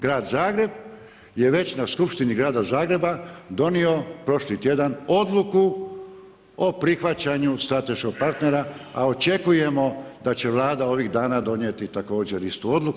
Grad Zagreb je već na skupštini grada Zagreba donio prošli tjedan Odluku o prihvaćanju strateškog partnera, a očekujemo da će Vlada ovih dana donijeti također istu odluku.